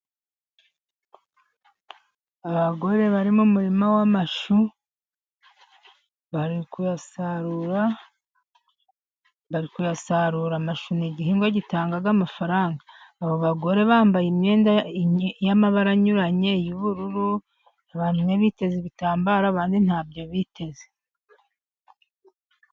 Abagore bari mu muririma w'amashu bari kuyasarura kuyasarura amashi ni igihingwa gitanga amafaranga . Aba bagore bambaye imyenda y'amabara anyuranye y'ubururu bamye biteze ibitambaro abandi ntabyo biteze.